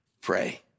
pray